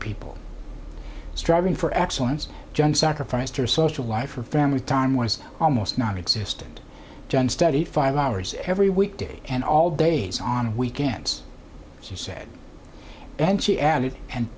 people striving for excellence john sacrificed her social life for family time was almost nonexistent john studied five hours every week day and all days on weekends she said and she added and